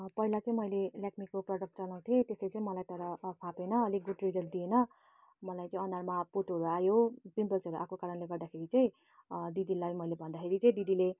पहिला चाहिँ मैले लेकमीको प्रडक्ट चलाउ थिएँ त्यसले चाहिँ मलाई तर फापेन अनि गुड रिजल्ट दिएन मलाई चाहिँ अनुहारमा पोतोहरू आयो पिम्पल्सहरू आएको कारणले गर्दाखेरि चाहिँ दिदीलाई मैले भन्दाखेरि चाहिँ दिदीले